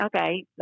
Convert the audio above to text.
okay